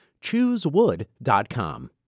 Choosewood.com